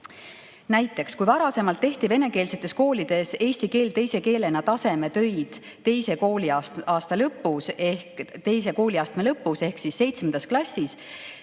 Näiteks, kui varasemalt tehti venekeelsetes koolides eesti keele teise keelena tasemetöid teise kooliastme lõpus ehk seitsmendas klassis,